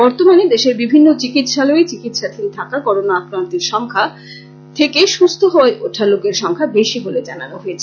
বর্তমানে দেশের বিভিন্ন চিকিৎসালয়ে চিকিৎসাধীন থাকা করোণা আক্রান্তের সংখ্যা থেকে সুস্থ হয়ে ওঠা লোকের সংখ্যা বেশি বলে জানানো হয়েছে